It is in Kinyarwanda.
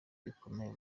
bikomeye